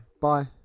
bye